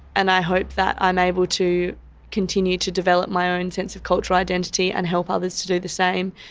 and i hope that i'm able to continue to develop my own sense of cultural identity and help others to do the same,